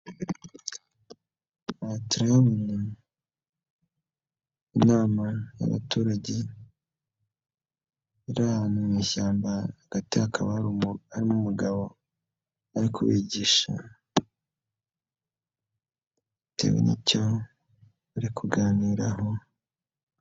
Aha turahabona inama y'abaturage, bari ahantu mu ishyamba hagati hakaba harimo umugabo arimo kubigisha, bitewe n' icyo bari kuganiraho.